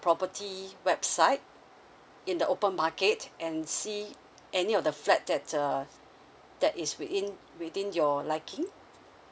property website in the open market and see any of the flat that's uh that is within within your liking